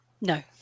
No